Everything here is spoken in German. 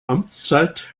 amtszeit